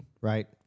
right